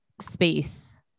space